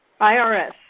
IRS